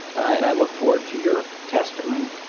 and i look forward to your testimony.